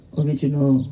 original